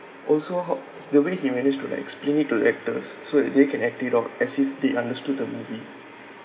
also how the way he managed to like explain it to the actors so that they can act it out as if they understood the movie